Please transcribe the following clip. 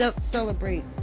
celebrate